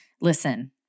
listen